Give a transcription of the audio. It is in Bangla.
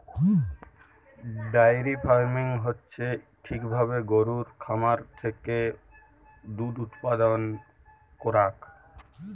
ডায়েরি ফার্মিং হচ্যে ঠিক ভাবে গরুর খামার থেক্যে দুধ উপাদান করাক